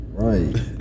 Right